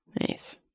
Nice